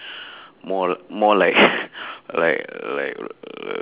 more more like like like err